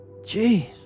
Jeez